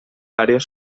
àrees